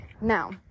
Now